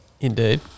Indeed